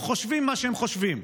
או חושבים מה שהם חושבים.